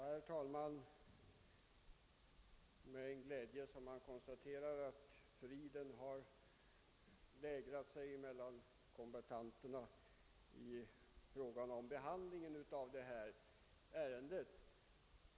Herr talman! Det är med glädje jag konstaterar att friden har lägrat sig över kombattanterna vid behandlingen av det här ärendet.